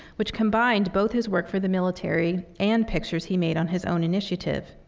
which combined both his work for the military and pictures he made on his own initiative.